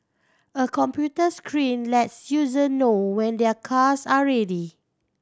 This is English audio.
a computer screen lets user know when their cars are ready